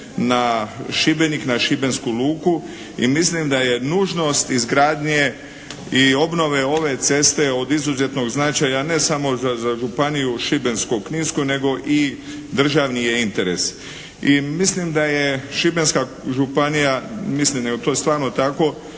na Šibenik, na šibensku luku i mislim da je nužnost izgradnje i obnove ove ceste od izuzetnog značaja ne samo za Županiju šibensko-kninsku, nego i državni je interes i mislim da je Šibenska županija, mislim, nego to je stvarno tako